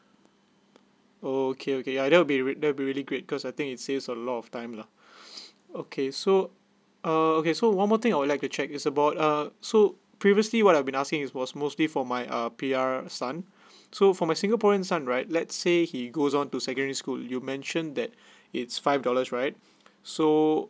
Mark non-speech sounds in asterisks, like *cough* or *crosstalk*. okay okay yeah that will be that will be really great cause I think it save a lot of time lah *breath* okay so err okay so one more thing I would like to check is about uh so previously what I've been asking is was mostly for my uh P_R son so for my singaporean son right let's say he goes on to secondary school you mentioned that it's five dollars right so